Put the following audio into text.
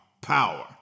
power